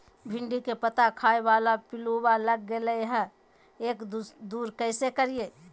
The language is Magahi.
भिंडी के पत्ता खाए बाला पिलुवा लग गेलै हैं, एकरा दूर कैसे करियय?